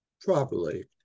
properly